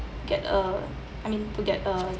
get a I mean to get a